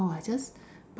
orh I just